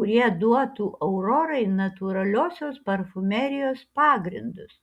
kurie duotų aurorai natūraliosios parfumerijos pagrindus